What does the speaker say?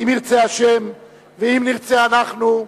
אם ירצה השם ואם נרצה אנחנו,